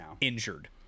injured